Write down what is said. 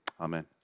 Amen